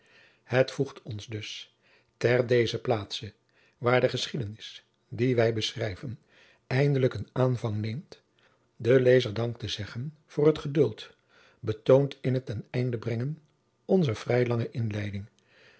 het voegt ons dus ter dezer plaatse waar de geschiedenis die wij beschrijven eigenlijk een aanvang neemt den lezer dank te zeggen voor het geduld betoond in het ten einde brengen onzer vrij lange inleiding